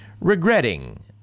regretting